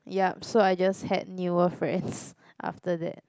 yup so I just had newer friends after that